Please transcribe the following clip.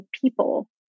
people